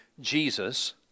Jesus